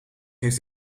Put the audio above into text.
heeft